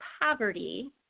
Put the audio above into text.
poverty